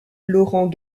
laurent